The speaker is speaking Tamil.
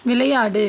விளையாடு